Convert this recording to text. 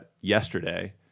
yesterday